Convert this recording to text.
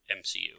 MCU